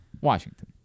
Washington